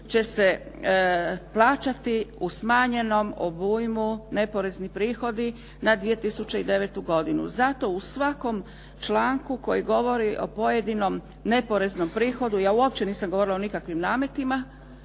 će se plaćati u smanjenom obujmu neporezni prihodi na 2009. godinu. Zato u svakom članku koji govori o pojedinom neporeznom prihodu, ja uopće nisam govorila o nikakvim nametima,